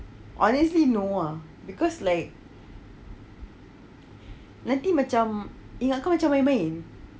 honestly no ah because like nanti macam ingat kau macam main main